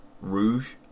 Rouge